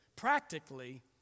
practically